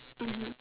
mmhmm